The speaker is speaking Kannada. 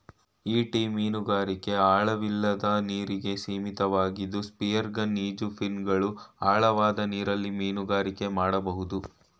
ಈಟಿ ಮೀನುಗಾರಿಕೆ ಆಳವಿಲ್ಲದ ನೀರಿಗೆ ಸೀಮಿತವಾಗಿದ್ದು ಸ್ಪಿಯರ್ಗನ್ ಈಜುಫಿನ್ಗಳು ಆಳವಾದ ನೀರಲ್ಲಿ ಮೀನುಗಾರಿಕೆ ಮಾಡ್ಬೋದು